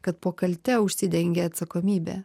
kad po kalte užsidengia atsakomybė